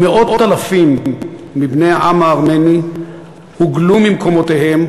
ומאות אלפים מבני העם הארמני הוגלו ממקומותיהם